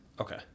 Okay